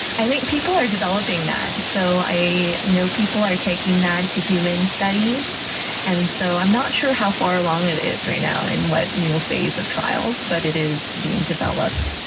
i think people are developing that. so i know people are taking that to human studies and so i'm not sure how far along it is right now in what you know phase of trials, but it is being developed.